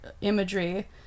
imagery